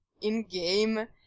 in-game